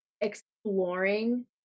exploring